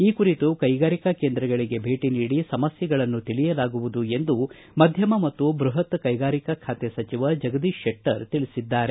ಈ ಕುರಿತು ಕೈಗಾರಿಕಾ ಕೇಂದ್ರಗಳಗೆ ಭೇಟಿ ನೀಡಿ ಸಮಸ್ನೆಗಳನ್ನು ತಿಳಿಯಲಾಗುವುದು ಎಂದು ಮಧ್ಯಮ ಮತ್ತು ಬೃಹತ್ ಕೈಗಾರಿಕಾ ಖಾತೆ ಸಚಿವ ಜಗದೀಶ್ ಶೆಟ್ಟರ್ ತಿಳಿಸಿದ್ದಾರೆ